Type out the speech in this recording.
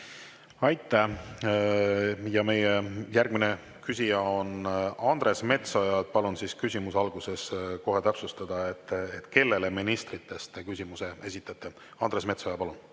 Aitäh! Meie järgmine küsija on Andres Metsoja. Palun küsimuse alguses kohe täpsustada, kellele ministritest te küsimuse esitate. Andres Metsoja, palun!